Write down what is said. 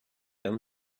and